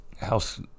house